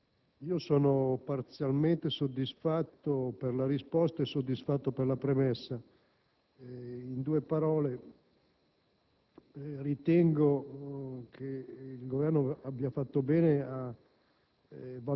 sono parzialmente soddisfatto per la risposta e soddisfatto per la premessa. In due parole, ritengo che il Governo abbia fatto bene a